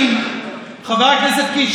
חבר הכנסת קיש,